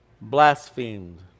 blasphemed